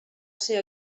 ser